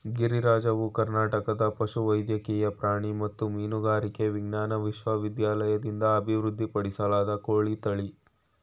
ಗಿರಿರಾಜವು ಕರ್ನಾಟಕ ಪಶುವೈದ್ಯಕೀಯ ಪ್ರಾಣಿ ಮತ್ತು ಮೀನುಗಾರಿಕೆ ವಿಜ್ಞಾನ ವಿಶ್ವವಿದ್ಯಾಲಯದಿಂದ ಅಭಿವೃದ್ಧಿಪಡಿಸಲಾದ ಕೋಳಿ ತಳಿ